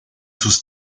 sus